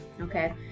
Okay